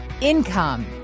income